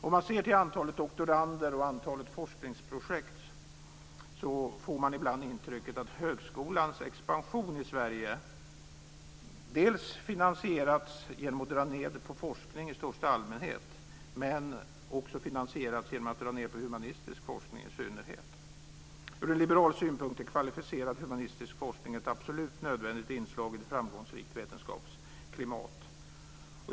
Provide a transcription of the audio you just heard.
Om man ser till antalet doktorander och antalet forskningsprojekt får man ibland intrycket att högskolans expansion i Sverige dels finansierats genom att forskning i största allmänhet dragits ned, dels finansierats genom att humanistisk forskning i synnerhet dragits ned. Ur en liberal synpunkt är kvalificerad humanistisk forskning ett absolut nödvändigt inslag i ett framgångsrikt vetenskapsklimat.